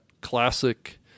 classic